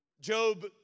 Job